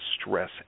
stress